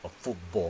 or football